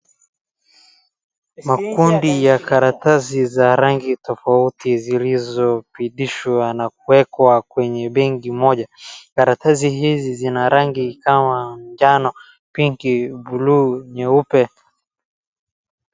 Makundi ya karatasi za rangi tofauti zilizopitishwa na kuwekwa kenye bengi moja. Karatasi hizi zina rangi kama jano, pinki, blue , nyeupe.